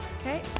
Okay